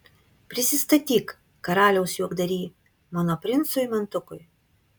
prisistatyk karaliaus juokdary mano princui mantukui